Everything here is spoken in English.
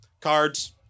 Cards